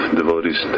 devotees